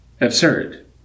Absurd